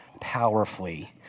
powerfully